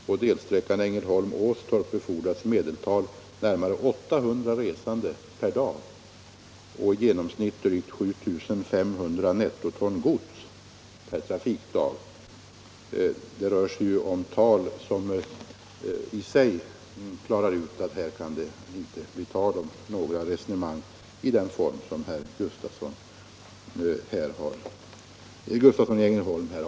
På delsträckan Ängelholm-Åstorp befordras i medeltal närmare 800 resande per dag och i genomsnitt 7 500 nettoton gods. Det är siffror som visar att man här inte kan föra ett resonemang av det slag som herr Gustavsson har fört.